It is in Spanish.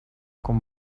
con